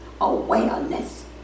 awareness